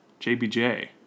JBJ